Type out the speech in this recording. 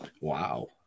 Wow